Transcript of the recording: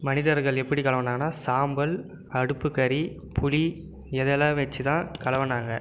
மனிதர்கள் எப்படி கழுவினாங்னா சாம்பல் அடுப்புக்கரி புளி இதையெல்லாம் வெச்சு தான் கழுவினாங்க